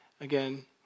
again